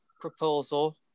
proposal